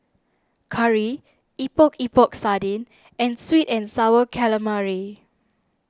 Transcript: Curry Epok Epok Sardin and Sweet and Sour Calamari